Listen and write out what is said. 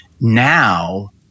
Now